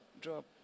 drop